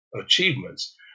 achievements